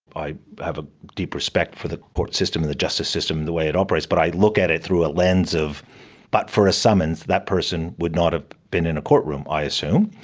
i have a deep respect for the court system and the justice system and the way it operates, but i look at it through a lens of but for a summons, that person would not have been in a court room, i assume,